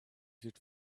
should